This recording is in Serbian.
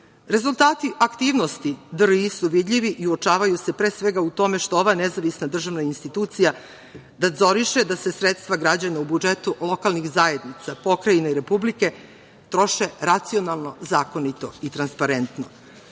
aktivnosti DRI su vidljivi i uočavaju se pre svega u tome što ova nezavisna državna institucija nadzoriše da se sredstva građana u budžetu lokalnih zajednica, pokrajina i Republike troše racionalno, zakonito i transparentno. Zbog